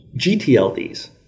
gtlds